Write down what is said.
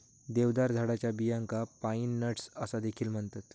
देवदार झाडाच्या बियांका पाईन नट्स असा देखील म्हणतत